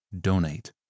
donate